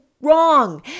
wrong